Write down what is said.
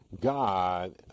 God